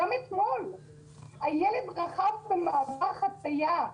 גם אתמול הילד רכב במעבר חציה.